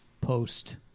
Post